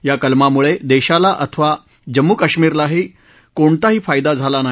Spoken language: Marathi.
या कलमामुळे देशाला अथवा जम्मू कश्मीरलाही कोणताही फायदा झाला नाही